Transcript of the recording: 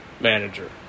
manager